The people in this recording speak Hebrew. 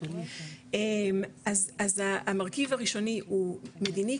אז המרכיב הראשוני הוא מדיני,